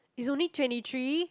he's only twenty three